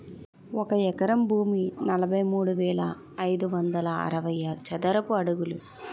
ఒక ఎకరం భూమి నలభై మూడు వేల ఐదు వందల అరవై చదరపు అడుగులు